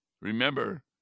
Remember